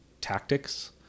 tactics